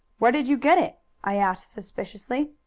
where did you get it i asked suspiciously.